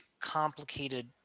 complicated